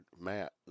Matt